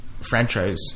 franchise